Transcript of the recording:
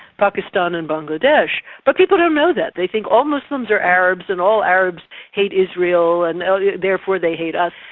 pakistan and bangladesh. but people don't know that they think all muslims are arabs and all arabs hate israel and yeah therefore they hate us.